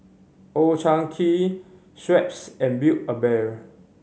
Old Chang Kee Schweppes and Build A Bear